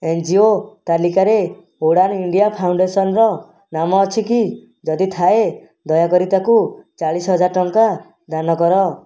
N G O ତାଲିକାରେ Udaan India ଫାଉଣ୍ଡେସନ୍ର ନାମ ଅଛି କି ଯଦି ଥାଏ ଦୟାକରି ତାକୁ ଚାଳିଶ ହଜାର ଟଙ୍କା ଦାନ କର